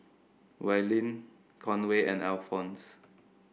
Willene Conway and Alphons